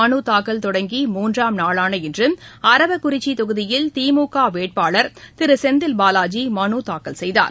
மனுதாக்கல் தொடங்கி மூன்றாம் நாளான இன்று அரவக்குறிச்சி தொகுதியில் திமுக வேட்பாளர் திரு செந்தில்பாலாஜி மனு தாக்கல் செய்தார்